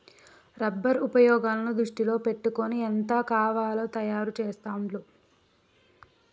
rubber ఉపయోగాలను దృష్టిలో పెట్టుకొని ఎంత కావాలో తయారు చెస్తాండ్లు